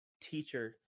teacher